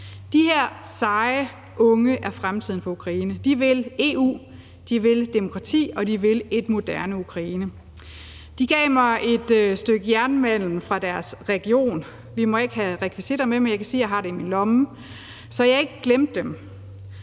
De her seje unge er fremtiden for Ukraine. De vil EU, de vil demokrati, og de vil et moderne Ukraine. De gav mig et stykke jernmalm fra deres region. Vi må ikke have rekvisitter med, men jeg kan sige, at jeg har det i min lomme, så jeg ikke glemte dem